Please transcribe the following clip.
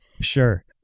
Sure